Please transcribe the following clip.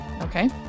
Okay